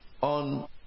on